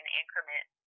increment